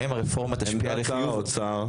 האם הרפורמה תשפיע לחיוב?